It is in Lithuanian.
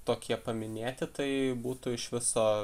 tokie paminėti tai būtų iš viso